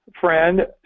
friend